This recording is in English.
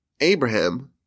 Abraham